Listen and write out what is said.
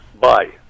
Bye